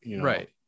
Right